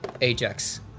Ajax